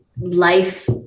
life